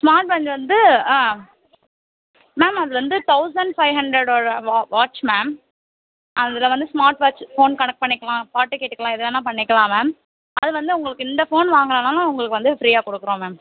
smart watch வந்து ஆ ma'am அது வந்து தௌசண்ட் ஃபைவ் ஹண்ட்ரடோட வா வாட்ச் மேம் அதில் வந்து ஸ்மார்ட் வாட்ச்சு ஃபோன் கனெக்ட் பண்ணிக்கலாம் பாட்டு கேட்டுக்கலாம் எது வேணா பண்ணிக்கலாம் மேம் அது வந்து உங்களுக்கு இந்த ஃபோன் வாங்கறனால உங்களுக்கு வந்து ஃப்ரீயாக கொடுக்குறோம் மேம்